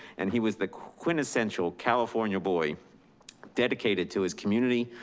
and he was the quintessential california boy dedicated to his community,